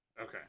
Okay